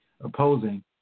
opposing